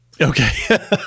Okay